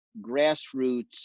grassroots